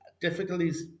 Difficulties